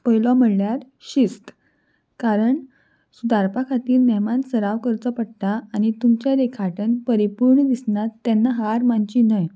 पयलो म्हणल्यार शिस्त कारण सुदारपा खातीर नेमान सराव करचो पडटा आनी तुमचे देखाटन परिपूर्ण दिसनात तेन्ना हार मानची न्हय